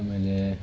ಆಮೇಲೆ